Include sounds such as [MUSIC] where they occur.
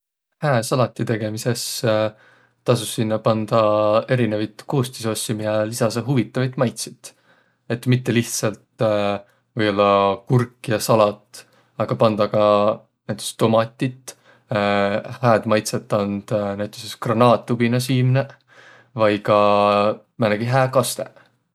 Hää salati tegemises [HESITATION] tasos sinnäq pandaq einevit koostisossi, miä lisasõq huvitavit maitsit. Et mitte lihtsält [HESITATION] või-ollaq kurk ja salat, aga pandaq ka näütüses tomatit. [HESITATION] Hääd maidsõt and näütüses granaatubina siimneq vai ka määnegi hää kastõq.